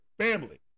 family